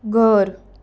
घर